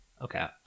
Okay